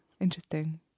interesting